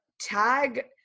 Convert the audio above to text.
tag